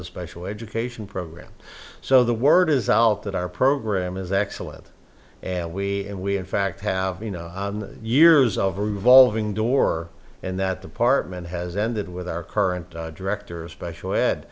the special education program so the word is out that our program is excellent and we and we had fact have you know years of a revolving door and that department has ended with our current director of special ed